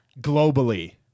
Globally